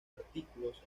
artículos